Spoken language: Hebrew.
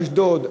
אשדוד,